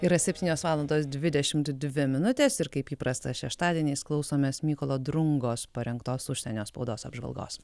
yra septynios valandos dvidešimt dvi minutės ir kaip įprasta šeštadieniais klausomės mykolo drungos parengtos užsienio spaudos apžvalgos